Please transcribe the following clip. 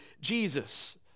Jesus